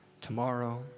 tomorrow